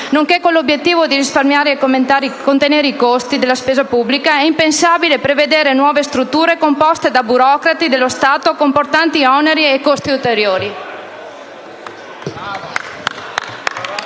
esodati, con l'obiettivo di risparmiare e contenere i costi della spesa pubblica è impensabile prevedere nuove strutture composte da burocrati dello Stato con importanti oneri e costi ulteriori.